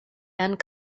and